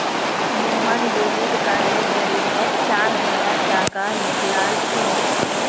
Mohan debit कार्डेर जरिए चार हजार टाका निकलालछोक